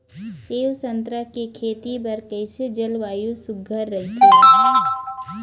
सेवा संतरा के खेती बर कइसे जलवायु सुघ्घर राईथे?